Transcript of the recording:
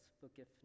forgiveness